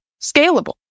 scalable